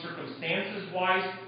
circumstances-wise